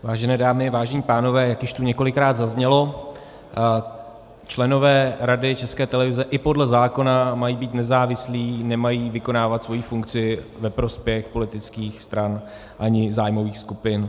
Vážené dámy, vážení pánové, jak již tu několikrát zaznělo, členové Rady České televize i podle zákona mají být nezávislí, nemají vykonávat svoji funkci ve prospěch politických stran ani zájmových skupin.